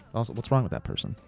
what's wrong with that person,